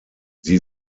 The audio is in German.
sie